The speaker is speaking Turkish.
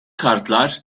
kartlar